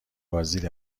بازدید